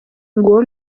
nguwo